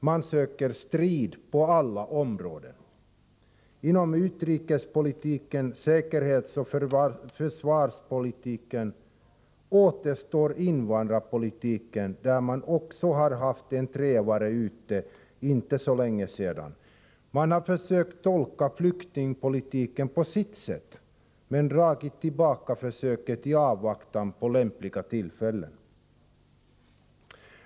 De söker strid på alla områden: inom utrikespolitiken, säkerhetsoch försvarspolitiken. Det återstår invandrarpolitiken, där de också har haft en trevare ute för inte så länge sedan. Moderaterna har försökt tolka flyktingpolitiken på sitt sätt men dragit tillbaka försöket i avvaktan på lämpliga tillfällen.